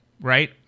right